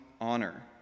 honor